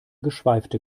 geschweifte